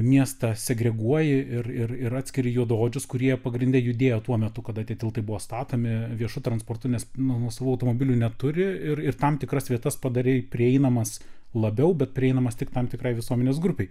miestą segreguoji ir ir ir atskiri juodaodžius kurie pagrinde judėjo tuo metu kada tie tiltai buvo statomi viešu transportu nes nu nuosavų automobilių neturi ir ir tam tikras vietas padarei prieinamas labiau bet prieinamas tik tam tikrai visuomenės grupei